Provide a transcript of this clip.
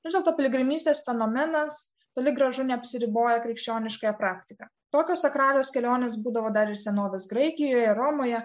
vis dėlto piligrimystės fenomenas toli gražu neapsiriboja krikščionišąja praktika tokios sakralios kelionės būdavo dar ir senovės graikijoje ir romoje